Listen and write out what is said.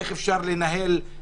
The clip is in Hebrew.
איך אפשר יישובים?